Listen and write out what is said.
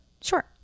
Sure